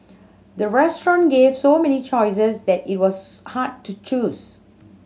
the restaurant gave so many choices that it was hard to choose